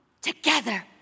together